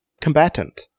combatant